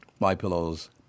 MyPillow's